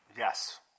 Yes